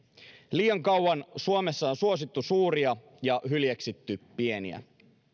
liian kauan suomessa on suosittu suuria ja hyljeksitty pieniä